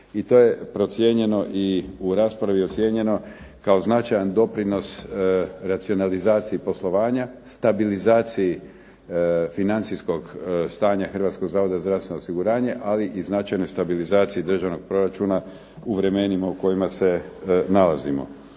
i to je procijenjeno i u raspravi ocijenjeno kao značajan doprinos racionalizaciji poslovanja, stabilizaciji financijskog stanja Hrvatskog zavoda za zdravstveno osiguranje, ali i značajnoj stabilizaciji državnog proračuna u vremenima u kojima se nalazimo.